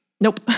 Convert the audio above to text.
Nope